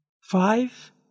Five